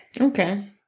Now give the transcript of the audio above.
Okay